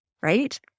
right